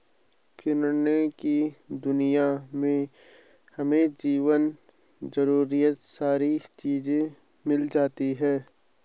किराने की दुकान में हमें जीवन जरूरियात सारी चीज़े मिल जाती है